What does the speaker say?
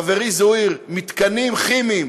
חברי זוהיר, מתקנים כימיים